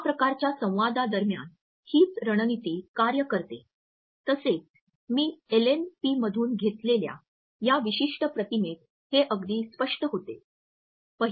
या प्रकारच्या संवादां दरम्यान हीच रणनीती कार्य करते तसेच मी एलएनपींमधून घेतलेल्या या विशिष्ट प्रतिमेत हे अगदी स्पष्ट होते